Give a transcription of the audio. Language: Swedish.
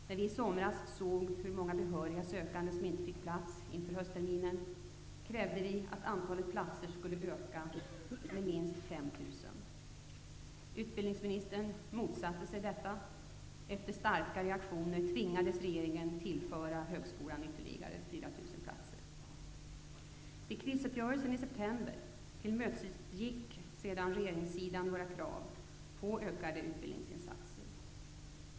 När vi i somras såg hur många behöriga sökande som inte fick plats inför höstterminen krävde vi att antalet platser skulle öka med minst 5 000. Utbildningministern motsatte sig detta. Efter starka reaktioner tvingades regeringen tillföra högskolan ytterligare 4 000 platser. Vid krisuppgörelsen i september tillmötesgick sedan regeringssidan våra krav på ökade utbildningsinsatser.